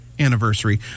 anniversary